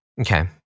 Okay